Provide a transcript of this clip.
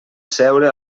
seure